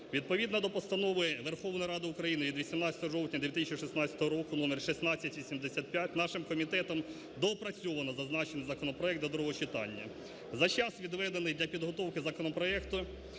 Відповідно до Постанови Верховної Ради України від 18 жовтня 2016 року № 1685 нашим комітетом доопрацьовано зазначений законопроект до другого читання. За час, відведений для підготовки законопроекту